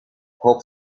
hope